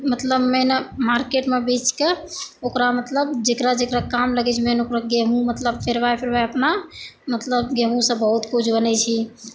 मतलब मैना मार्केटमे बेच कऽ ओकरा मतलब जेकरा जेकरा काम लगै छै मेन ओकर गेहूॅं मतलब फेर वएह खना मतलब गेहूॅं सऽ बहुत कुछ बनै छै